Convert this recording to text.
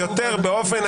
בסיטואציה הזאת של הורשה,